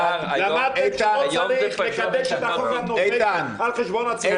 למדתם שלא צריך לקדש את החוק הנורבגי על חשבון הציבור.